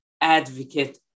advocate